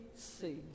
see